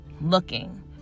looking